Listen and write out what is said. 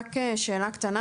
רק שאלה קטנה,